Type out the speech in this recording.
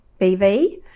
BV